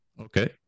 Okay